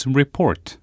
report